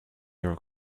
your